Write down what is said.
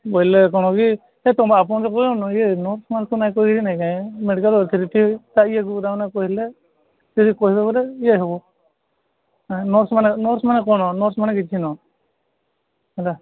ବୋଇଲେ କ'ଣ କି ଏ ତୁମେ ଆପଣକେ ବୋଲି ପଚାରୁନ ଇଏ ନର୍ସମାନଙ୍କୁ ନାଇଁ କହି କହିବେ ନା କାଇଁ ମେଡିକାଲ୍ ଅଥରିଟି ତାଙ୍କୁ ନାଇଁ କହିଲେ ସେ ଯେ କହିବେ ବୋଲି ଯାଇ ହେବ ନାଇଁ ନର୍ସମାନେ ନର୍ସ କ'ଣ ନର୍ସମାନେ କିଛି ନୁହଁ ହେଲା